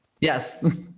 Yes